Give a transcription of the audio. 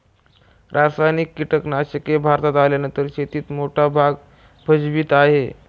रासायनिक कीटनाशके भारतात आल्यानंतर शेतीत मोठा भाग भजवीत आहे